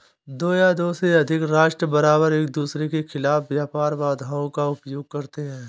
दो या दो से अधिक राष्ट्र बारबार एकदूसरे के खिलाफ व्यापार बाधाओं का उपयोग करते हैं